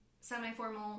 semi-formal